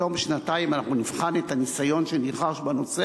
בתום שנתיים אנחנו נבחן את הניסיון שנרכש בנושא